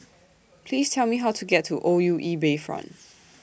Please Tell Me How to get to O U E Bayfront